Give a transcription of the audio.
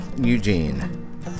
Eugene